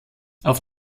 auf